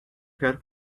quero